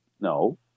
no